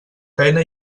feina